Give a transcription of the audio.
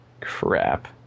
Crap